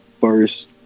first